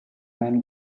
man